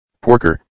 Porker